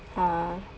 orh